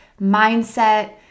mindset